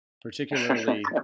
particularly